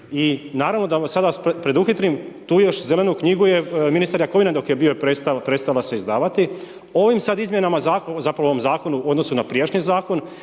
i naravno da vas sad preduhitrim, tu još Zelenu knjigu je ministar Jakovina dok je bio, prestala se izdavati. Ovim sad izmjenama Zakona, zapravo ovom Zakonom u odnosu na prijašnji Zakon,